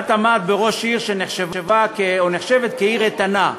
את עמדת בראש עיר שנחשבה או נחשבת עיר איתנה.